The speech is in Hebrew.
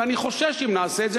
ואני חושש שאם נעשה את זה,